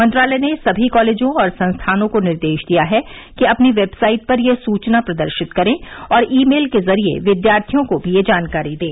मंत्रालय ने सभी कॉलेजों और संस्थानों को निर्देश दिया है कि अपनी वेबसाइट पर यह सुचना प्रदर्शित करें और ईमेल के जरिए विद्यार्थियों को भी यह जानकारी दें